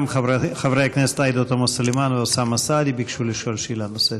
גם חברת הכנסת עאידה תומא סלימאן ואוסאמה סעדי ביקשו לשאול שאלה נוספת.